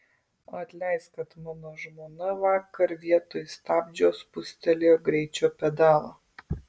atleisk kad mano žmona vakar vietoj stabdžio spustelėjo greičio pedalą